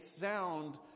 sound